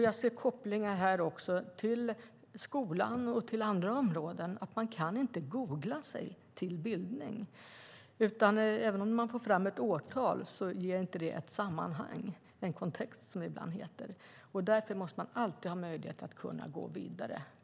Jag ser kopplingar också till skolan och till andra områden. Man kan inte googla sig till utbildning. Även om man får fram ett årtal ger inte det ett sammanhang, en kontext, och därför måste man alltid ha möjlighet att gå vidare.